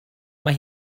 mae